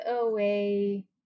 away